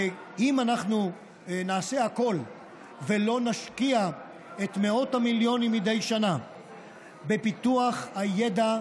ואם אנחנו נעשה הכול ולא נשקיע את מאות המיליונים מדי שנה בפיתוח הידע,